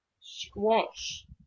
squash